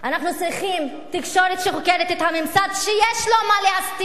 אנחנו צריכים תקשורת שחוקרת את הממסד שיש לו מה להסתיר,